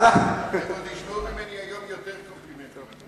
הם עוד ישמעו ממני היום דברים יותר טובים.